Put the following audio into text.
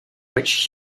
which